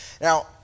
Now